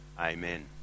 Amen